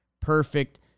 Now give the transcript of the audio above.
perfect